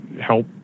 help